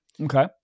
Okay